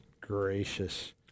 Gracious